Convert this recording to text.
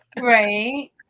right